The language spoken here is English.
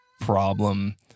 problem